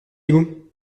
égoûts